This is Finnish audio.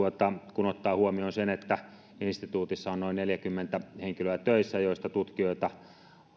kun ottaa huomioon sen että instituutissa on noin neljäkymmentä henkilöä töissä joista tutkijoita